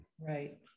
right